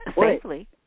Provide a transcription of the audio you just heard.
safely